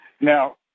Now